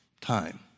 Time